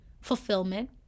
fulfillment